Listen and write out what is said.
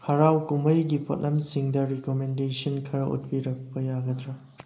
ꯍꯔꯥꯎ ꯀꯨꯝꯍꯩꯒꯤ ꯄꯣꯠꯂꯝꯁꯤꯡꯗ ꯔꯤꯀꯃꯦꯟꯗꯦꯁꯟ ꯈꯔ ꯎꯠꯄꯤꯔꯛꯄ ꯌꯥꯒꯗ꯭ꯔꯥ